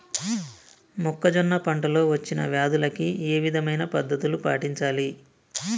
మొక్కజొన్న పంట లో వచ్చిన వ్యాధులకి ఏ విధమైన పద్ధతులు పాటించాలి?